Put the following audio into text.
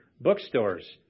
Bookstores